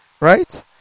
Right